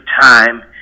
time